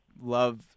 love